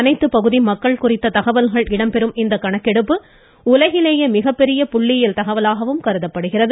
அனைத்து பகுதி மக்கள் குறித்த தகவல்கள் இடம்பெறும் இந்த கணக்கெடுப்பு உலகிலேயே மிகப்பெரிய புள்ளியியல் தகவலாக கருதப்படுகிறது